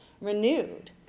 renewed